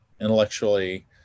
intellectually